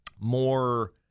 more